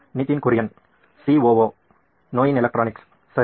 Nitin Kurian COO ನೋಯಿನ್ electronics ಸರಿ